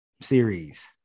series